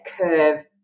curve